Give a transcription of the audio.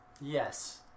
Yes